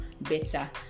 better